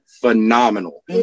phenomenal